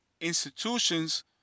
institutions